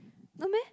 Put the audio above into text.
no meh